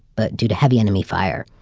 but due to heavy enemy fire,